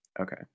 Okay